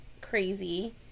crazy